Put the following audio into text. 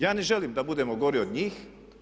Ja ne želim da budemo gori od njih.